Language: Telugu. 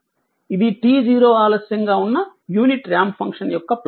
ఇది t0 ఆలస్యంగా ఉన్న యూనిట్ రాంప్ ఫంక్షన్ యొక్క ప్లాట్